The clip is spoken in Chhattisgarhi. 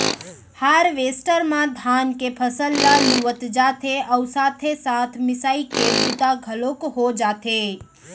हारवेस्टर म धान के फसल ल लुवत जाथे अउ साथे साथ मिसाई के बूता घलोक हो जाथे